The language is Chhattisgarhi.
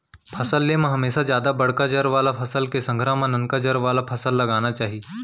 फसल ले म हमेसा जादा बड़का जर वाला फसल के संघरा म ननका जर वाला फसल लगाना चाही